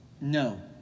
No